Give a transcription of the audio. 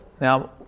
Now